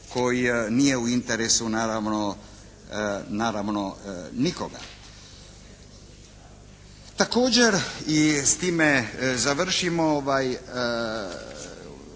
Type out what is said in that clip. koji nije u interesu naravno nikoga. Također i s time završimo.